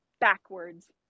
backwards